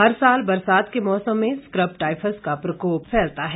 हर साल बरसात के मौसम में स्क्रब टाइफस का प्रकोप फैलता है